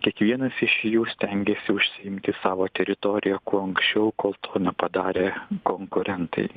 kiekvienas iš jų stengiasi užsiimti savo teritoriją kuo anksčiau kol to nepadarė konkurentai